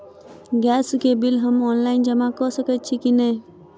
Gas केँ bill हम online जमा कऽ सकैत छी की नै?